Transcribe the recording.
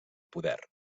poder